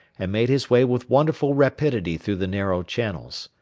and made his way with wonderful rapidity through the narrow channels.